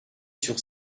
sur